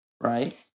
right